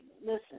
Listen